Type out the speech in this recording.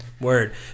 word